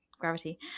gravity